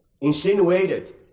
insinuated